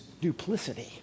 duplicity